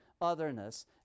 otherness